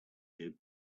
you